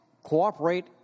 cooperate